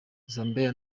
zambiya